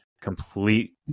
complete